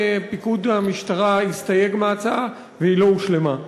פיקוד המשטרה הסתייג מההצעה והיא לא הושלמה.